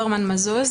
הגילוי.